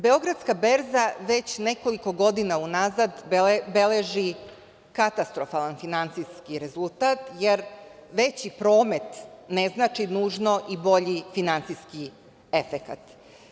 Beogradska berza već nekoliko godina unazad beleži katastrofalan finansijski rezultat jer veći promet ne znači nužno i bolji finansijski efekat.